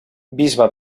bisbe